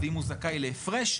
ואם הוא זכאי להפרש,